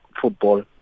football